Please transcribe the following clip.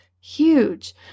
huge